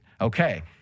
Okay